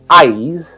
eyes